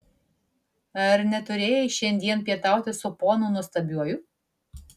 ar neturėjai šiandien pietauti su ponu nuostabiuoju